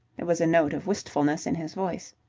there was a note of wistfulness in his voice.